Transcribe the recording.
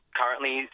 currently